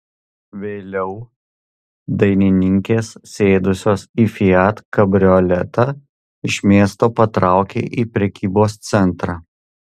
vėliau dainininkės sėdusios į fiat kabrioletą iš miesto patraukė į prekybos centrą